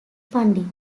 pundit